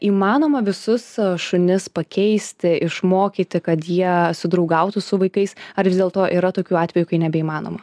įmanoma visus šunis pakeisti išmokyti kad jie sudraugautų su vaikais ar vis dėlto yra tokių atvejų kai nebeįmanoma